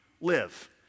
live